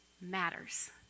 matters